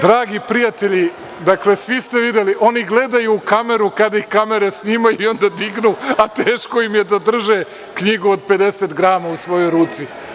Dragi prijatelji, svi ste videli, oni gledaju u kameru kada ih kamere snimaju i onda dignu, a teško im je da drže knjigu od 50 grama u svojoj ruci.